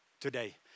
today